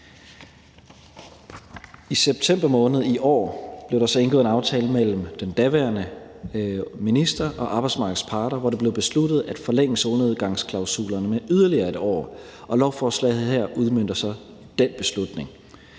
I september måned i år blev der så indgået en aftale mellem den daværende minister og arbejdsmarkedets parter, hvor det blev besluttet at forlænge solnedgangsklausulerne med yderligere 1 år, og lovforslaget her udmønter så den beslutning.